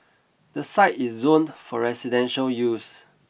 the site is zoned for residential use